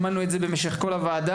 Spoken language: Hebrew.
שמענו את זה במשך כל הוועדה,